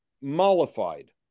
mollified